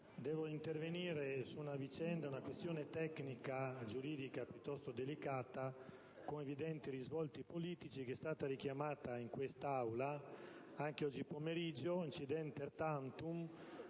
devo intervenire su una questione tecnico-giuridica piuttosto delicata, con evidenti risvolti politici, che è stata richiamata in quest'Aula, anche oggi pomeriggio, *incidenter tantum*,